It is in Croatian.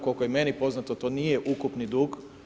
Koliko je meni poznato, to nije ukupni dug.